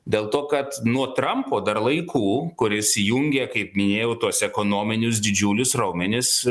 dėl to kad nuo trampo dar laikų kuris jungė kaip minėjau tuos ekonominius didžiulius raumenis